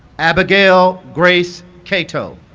abigail grace catoe